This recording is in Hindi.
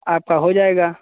आपका हो जाएगा